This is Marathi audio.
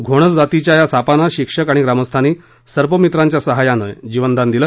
घोणस जातीच्या या सापांना शिक्षक आणि ग्रामस्थांनी सर्पमित्रांच्या सहाय्यानं जीवदान दिलं